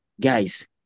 guys